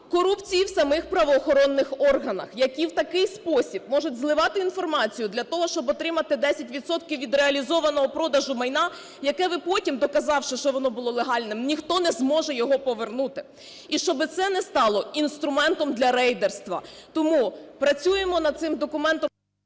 корупції в самих правоохоронних органах, які в такий спосіб можуть зливати інформацію для того, щоб отримати 10 відсотків від реалізованого продажу майна, яке ви потім, доказавши, що воно було легальним, ніхто не зможе його повернути, і щоби це не стало інструментом для рейдерства. Тому працюємо над цим документом…